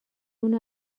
اونو